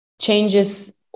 changes